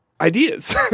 ideas